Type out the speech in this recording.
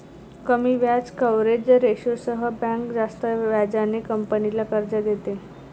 कमी व्याज कव्हरेज रेशोसह बँक जास्त व्याजाने कंपनीला कर्ज देते